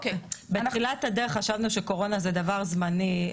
בתחילת הדרך חשבנו שהקורונה היא דבר זמני,